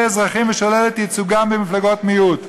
אזרחים ושולל את ייצוגם במפלגות מיעוט.